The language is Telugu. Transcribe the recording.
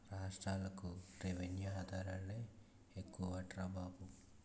రాష్ట్రాలకి రెవెన్యూ ఆదాయాలే ఎక్కువట్రా బాబు